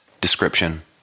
description